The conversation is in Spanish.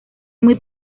muy